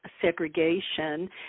segregation